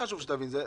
חשוב שתבין את זה.